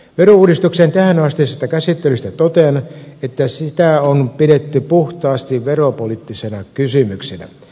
verouudistuksen tähänastisesta käsittelystä totean että sitä on pidetty puhtaasti veropoliittisena kysymyksenä